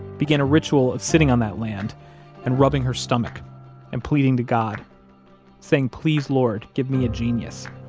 began a ritual of sitting on that land and rubbing her stomach and pleading to god saying, please, lord, give me a genius.